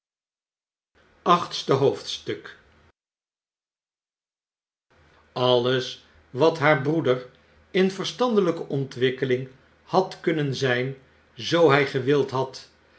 achtste hoofdstuk alles wat haar broeder in verstandelyke ontwikkeling had kunnen zyn zoo hy gewild had